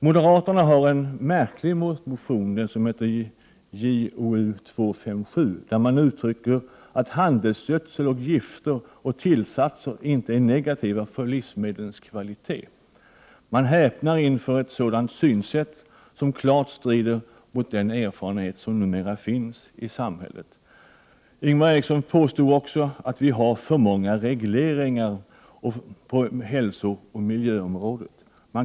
Moderaterna har en märklig motion, Jo257, där de uttrycker som sin mening att handelsgödsel, gifter och tillsatser inte är negativa för livsmedlens kvalitet. Man häpnar inför ett sådant synsätt, som klart strider mot den erfarenhet som numera finns i samhället. Ingvar Eriksson påstod också att vi har alltför många regleringar på hälsooch miljöområdena.